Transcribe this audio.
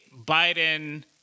Biden